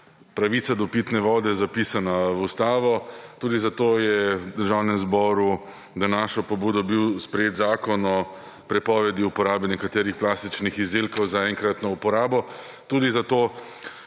pravica do pitne vode zapisana v ustavo. Tudi zato je v Državnem zboru na našo pobudo bil sprejet zakon o prepovedi uporabe nekaterih plastičnih izdelkov za enkratno uporabo. Tudi zato